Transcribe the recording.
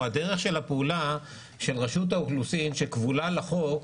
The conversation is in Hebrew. או הדרך של הפעולה של רשות האוכלוסין שכבולה לחוק,